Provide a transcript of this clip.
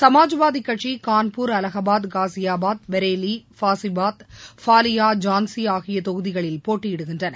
சமாஜ்வாதி கட்சி கான்பூர் அலகாபாத் காஷியாபாத் பரேலி ஃபைசாபாத் பாலியா ஜான்சி ஆகிய தொகுதிகளில் போட்டியிடுகின்றன